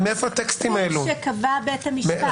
כפי שקבע בית המשפט".